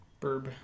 burb